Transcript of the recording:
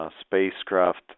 spacecraft